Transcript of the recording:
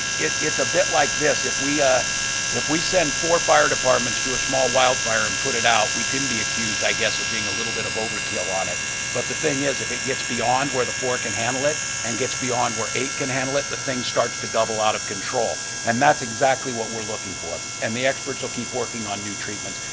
it's a bit like this, if we ah if we send four fire departments to a small wild fire and put it out, which couldn't be accused, i guess, of being a little bit of overkill on it but the thing is, if it get beyond where the four can handle it and get beyond where eight can handle it, the thing starts to double out of control and that's exactly what we're looking for. and the experts will keep woking on new treatments.